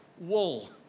wool